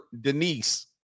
Denise